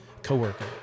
coworker